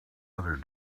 other